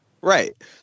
Right